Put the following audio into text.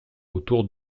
autour